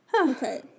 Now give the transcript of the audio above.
Okay